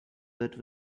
that